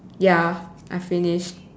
ya I finished